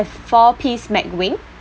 four piece mcwing